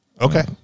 okay